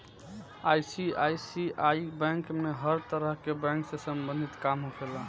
ICICI bank में हर तरह के बैंक से सम्बंधित काम होखेला